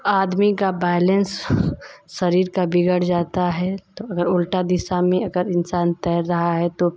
आदमी का बैलेंस शरीर की बिगड़ जाते हैं तो अगर उल्टी दिशा में अगर इंसान तैर रहा है तो